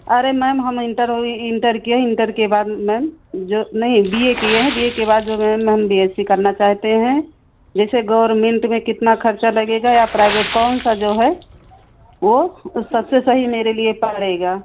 अरे मैम हम इन्टरों इन्टर किए हैं इन्टर के बाद मैम जो नहीं बी ए किए हैं बी ए के बाद मैम हम बी एस सी करना चाहते हैं जैसे गोरमेंट में कितना ख़र्चा लगेगा और प्राइवेट कौन सा जो है वह सबसे सही पड़ेगा